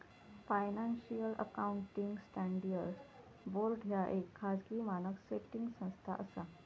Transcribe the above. financial accounting standards board ह्या येक खाजगी मानक सेटिंग संस्था असा